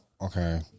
okay